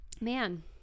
man